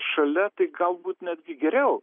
šalia tai galbūt netgi geriau